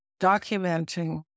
documenting